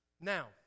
Now